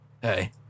Hey